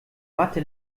mathe